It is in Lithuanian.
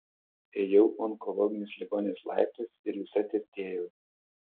ėjau onkologinės ligoninės laiptais ir visa tirtėjau